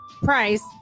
Price